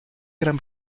gran